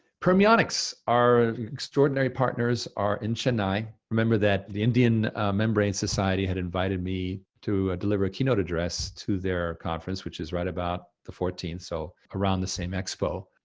permionics, our extraordinary partners are in chennai. remember that the indian membrane society had invited me to deliver a keynote address to their conference, which is right about the fourteenth, so around the same expo,